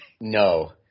No